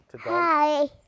Hi